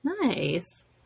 Nice